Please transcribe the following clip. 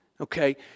Okay